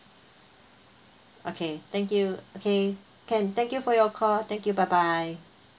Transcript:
okay thank you okay can thank you for your call thank you bye bye